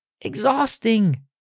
exhausting